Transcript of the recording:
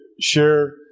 share